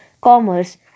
Commerce